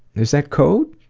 is that code?